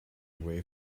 away